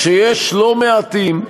שיש לא מעטים,